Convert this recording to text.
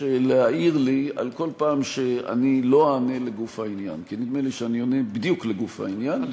להעיר לי על כל פעם שאני לא אענה לגוף העניין.